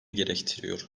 gerektiriyor